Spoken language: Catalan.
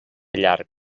llarg